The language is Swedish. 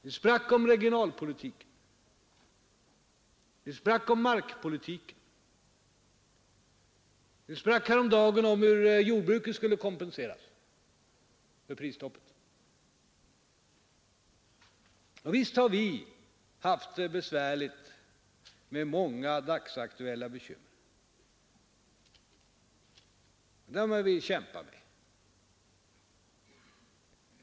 Ni sprack på regionalpolitiken och markpolitiken, och häromdagen i fråga om hur jordbruket skulle kompenseras för prisstoppet. Visst har vi haft det besvärligt med många dagsaktuella bekymmer. Dem har vi kämpat med.